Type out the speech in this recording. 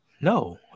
No